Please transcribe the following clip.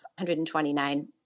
129